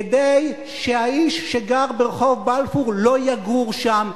כדי שהאיש שגר ברחוב בלפור לא יגור שם.